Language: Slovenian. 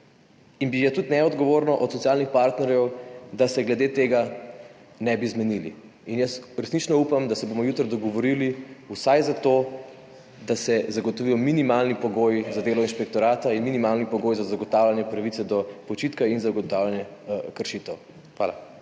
in je tudi neodgovorno od socialnih partnerjev, da se glede tega ne bi zmenili. Jaz resnično upam, da se bomo jutri dogovorili vsaj za to, da se zagotovijo minimalni pogoji za delo inšpektorata in minimalni pogoji za zagotavljanje pravice do počitka in za ugotavljanje kršitev. Hvala.